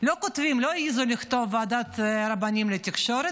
לא העזו לכתוב "ועדת רבנים לתקשורת",